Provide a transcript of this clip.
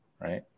right